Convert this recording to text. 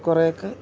കുറേയൊക്കെ